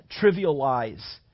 trivialize